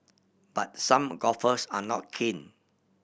but some golfers are not keen